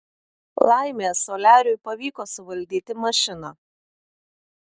laimė soliariui pavyko suvaldyti mašiną